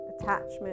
attachment